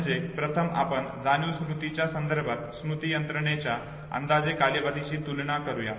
म्हणजे प्रथम आपण जाणीव स्मृतीच्या संदर्भात स्मृती यंत्रणेच्या अंदाजे कालावधीची तुलना करूया